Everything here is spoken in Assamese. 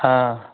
অঁ